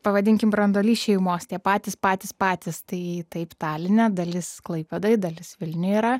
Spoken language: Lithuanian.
pavadinkim branduolys šeimos tie patys patys patys tai taip taline dalis klaipėdoj dalis vilniuj yra